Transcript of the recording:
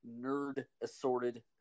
nerd-assorted